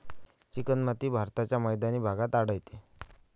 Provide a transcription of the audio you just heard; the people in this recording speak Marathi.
चिकणमाती भारताच्या मैदानी भागात आढळते